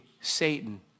Satan